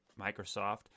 Microsoft